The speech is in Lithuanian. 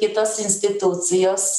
kitos institucijos